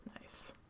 Nice